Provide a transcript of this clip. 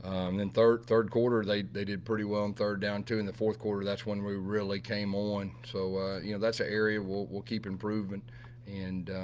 and third, third quarter, they they did pretty well on and third down to in the fourth quarter. that's when we really came on. so you know, that's an area we'll we'll keep improving and,